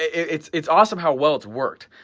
it's it's awesome how well it's worked,